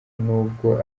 nubwo